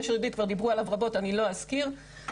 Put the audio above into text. גשר יהודית כבר דיברו עליו רבות אני לא אזכיר יותר